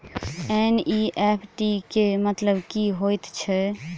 NEFT केँ मतलब की हएत छै?